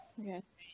yes